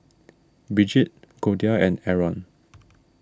Brigitte Goldia and Arron